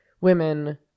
women